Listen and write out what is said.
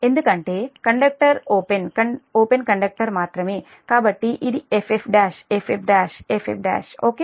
ఎందుకంటే conductor open open conductor మాత్రమే కాబట్టి ఇది F F1 F F1 F F1 okay